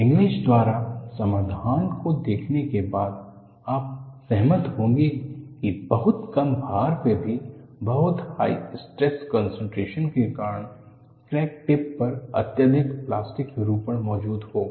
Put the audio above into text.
Inglis द्वारा समाधान को देखने के बाद आप सहमत होंगे कि बहुत कम भार पर भी बहुत हाई स्ट्रेस कनसंट्रेशन के कारण क्रैक टिप पर अत्यधिक प्लास्टिक विरूपण मौजूद होगा